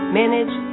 manage